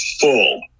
full